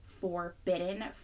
forbidden